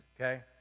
okay